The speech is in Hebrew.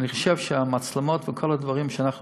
אני חושב שהמצלמות וכל הדברים שאנחנו